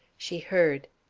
she heard,